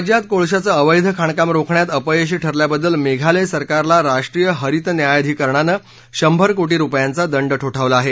राज्यात कोळशाचं अवैध खाणकाम रोखण्यात अपयशी ठरल्याबद्दल मेघालय सरकारला राष्ट्रीय हरित न्यायाधिकरणाने शंभर कोटी रुपयांचा दंड ठोठावला आहे